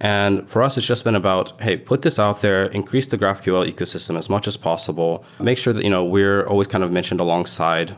and for us, it's just been about, hey, put this out there. increase the graphql ecosystem as much as possible. make sure that you know we're always kind of mentioned alongside